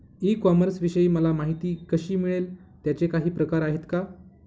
E कॉमर्सविषयी मला माहिती कशी मिळेल? त्याचे काही प्रकार आहेत का?